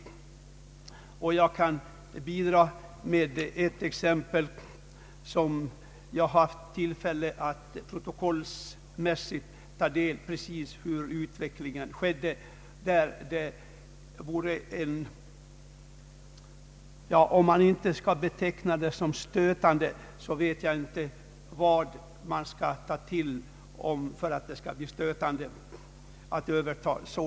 Jag kan bidra med ett exempel, där jag haft tillfälle att protokollsmässigt följa utvecklingen. Och om man inte i det fallet kan beteckna övertagandet av tillgångarna som stötande, då vet jag inte vad man skall ta till för att något skall anses stötande.